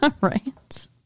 Right